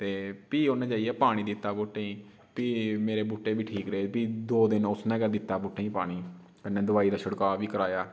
ते फ्ही उन्न जाइयै पानी दित्ता बूह्टें गी फ्ही मरे बूह्टे बी ठीक रेह् फ्ही दो दिन उस ने गै दित्ता बूह्टे गी पानी कन्नै दवाई दा छड़का बी कराया